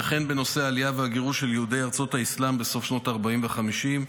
וכן בנושא העלייה והגירוש של יהודי ארצות האסלאם בסוף שנות ה-40 וה-50,